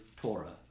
Torah